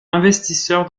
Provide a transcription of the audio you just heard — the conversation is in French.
investisseurs